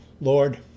Lord